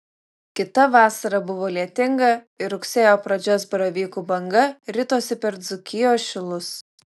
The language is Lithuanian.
kita vasara buvo lietinga ir rugsėjo pradžios baravykų banga ritosi per dzūkijos šilus